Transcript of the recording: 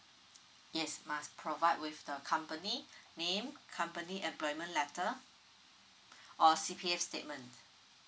yes must provide with the company name company employment letter or C_P_F statement